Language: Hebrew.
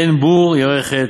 אין בור ירא חטא,